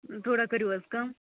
تھوڑا کٔرِو حظ کَم